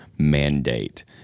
Mandate